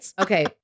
Okay